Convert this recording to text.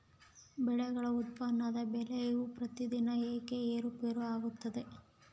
ಬೆಳೆಗಳ ಉತ್ಪನ್ನದ ಬೆಲೆಯು ಪ್ರತಿದಿನ ಏಕೆ ಏರುಪೇರು ಆಗುತ್ತದೆ?